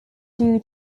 due